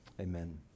Amen